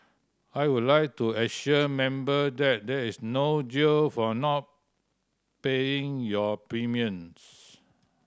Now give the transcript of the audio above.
I would like to assure Member that there is no jail for not paying your premiums